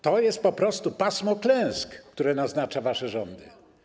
To jest po prostu pasmo klęsk, które naznacza wasze rządy.